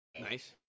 Nice